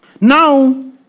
Now